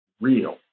real